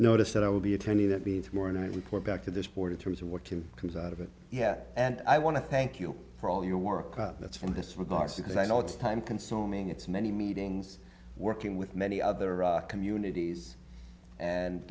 notice that i will be attending that means more and i report back to this board in terms of what to comes out of it yet and i want to thank you for all your work out that's from this regard because i know it's time consuming it's many meetings working with many other rock communities and